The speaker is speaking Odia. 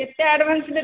କେତେ ଆଡ଼ଭାନ୍ସ ଦେବି